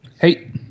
Hey